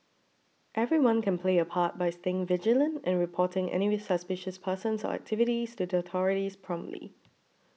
everyone can play a part by staying vigilant and reporting any suspicious persons or activities to the authorities promptly